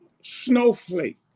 snowflake